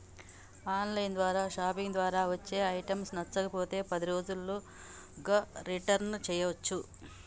on line shopping ద్వారా వచ్చే items నచ్చకపోతే పది రోజుల్లోగా రిటర్న్ చేయ్యచ్చు